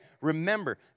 Remember